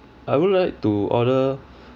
I would like to order